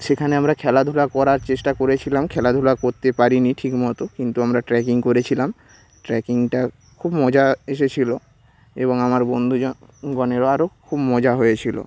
সেখানে আমরা খেলাধূলা করার চেষ্টা করেছিলাম খেলাধূলা করতে পারিনি ঠিকমতো কিন্তু আমরা ট্রেকিং করেছিলাম ট্রেকিংটা খুব মজা এসেছিল এবং আমার বন্ধু গণেরও আরও খুব মজা হয়েছিল